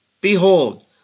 Behold